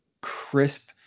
crisp